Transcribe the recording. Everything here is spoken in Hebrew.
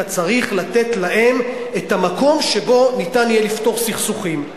אתה צריך לתת להם את המקום שבו יהיה אפשר לפתור סכסוכים.